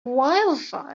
wildfire